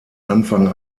anfang